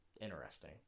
interesting